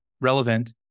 relevant